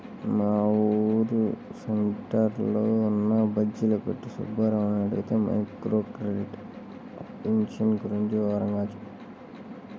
మా ఊరు సెంటర్లో ఉన్న బజ్జీల కొట్టు సుబ్బారావుని అడిగితే మైక్రో క్రెడిట్ ఆప్షన్ గురించి వివరంగా చెప్పాడు